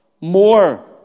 More